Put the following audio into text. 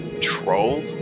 Troll